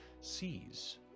sees